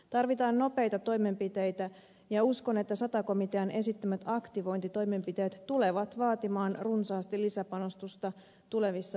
tarvitaan nopeita toimenpiteitä ja uskon että sata komitean esittämät aktivointitoimenpiteet tulevat vaatimaan runsaasti lisäpanostusta tulevissa budjeteissa